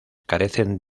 carecen